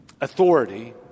authority